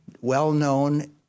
well-known